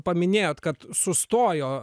paminėjot kad sustojo